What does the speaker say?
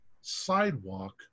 sidewalk